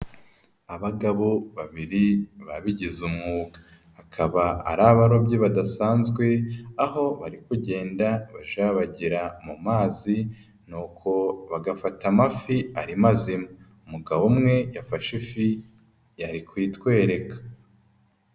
Abagabo babiri babigize umwuga. Akaba ari abarobyi badasanzwe aho bari kugenda baja bajabagira mu mazi nuko bagafata amafi ari mazima. Umugabo umwe yafashe ifi ari kuyitwereka.